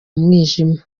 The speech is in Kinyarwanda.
mwijima